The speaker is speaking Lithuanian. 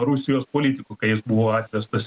rusijos politiku kai jis buvo atvestas